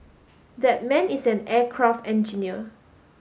that man is an aircraft engineer